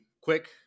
quick